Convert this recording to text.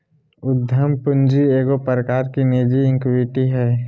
उद्यम पूंजी एगो प्रकार की निजी इक्विटी हइ